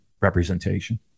representation